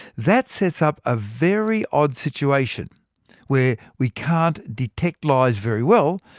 that sets up a very odd situation where we can't detect lies very well,